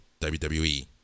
WWE